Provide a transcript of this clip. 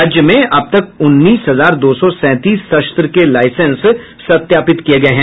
राज्य में अब तक उन्नीस हजार दो सौ सैंतीस शस्त्र के लाईसेंस सत्यापित किये गये हैं